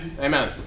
Amen